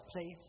please